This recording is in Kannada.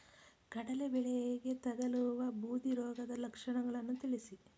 ಕಡಲೆ ಬೆಳೆಗೆ ತಗಲುವ ಬೂದಿ ರೋಗದ ಲಕ್ಷಣಗಳನ್ನು ತಿಳಿಸಿ?